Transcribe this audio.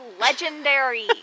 legendary